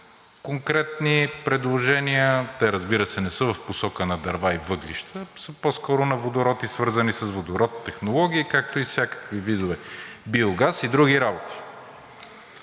конкретни предложения. Те, разбира се, не са в посока на дърва и въглища, а са по-скоро на водород и свързани с водород технологии, както и всякакви биогаз и други работи.